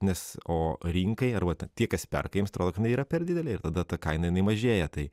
nes o rinkai arba tie kas perka jiems atrodo kad jinai yra per didelė ir tada ta kaina jinai nemažėja tai